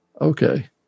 Okay